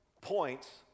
points